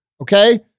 Okay